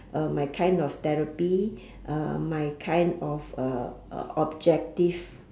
uh my kind of therapy uh my kind of uh uh objective